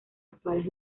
actuales